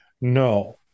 no